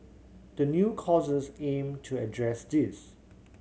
the new courses aim to address this